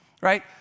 right